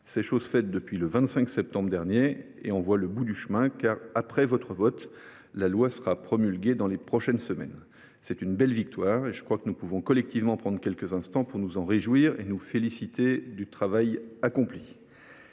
C’est chose faite depuis le 25 septembre dernier et l’on voit le bout du chemin, car après votre vote, la loi sera promulguée dans les prochaines semaines. Il s’agit d’une belle victoire et nous pouvons collectivement prendre quelques instants pour nous en réjouir et nous féliciter du travail accompli.